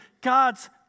God's